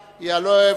2009,